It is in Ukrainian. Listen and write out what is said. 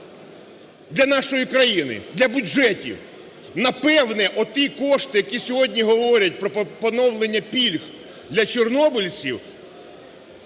для нашої країни, для бюджетів? Напевне, оті кошти, які сьогодні говорять про поновлення пільг для чорнобильців,